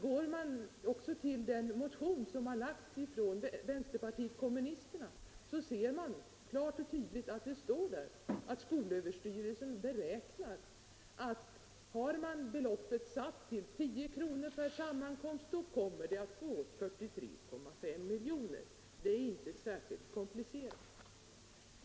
Om man går till vpk:s motion, så ser man också där att det står klart och tydligt att sätter man beloppet till 10 kr. per sammankomst, så kommer det enligt skolöverstyrelsens beräkningar att gå åt 43,3 milj. Det är inte särskilt komplicerat.